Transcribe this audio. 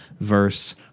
verse